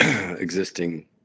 existing